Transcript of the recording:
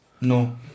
No